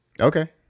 Okay